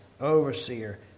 overseer